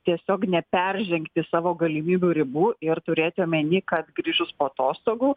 tiesiog neperžengti savo galimybių ribų ir turėt omeny kad grįžus atostogų